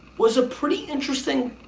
was a pretty interesting,